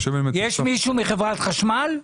יש מישהו מחברת חשמל?